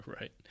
right